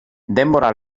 denbora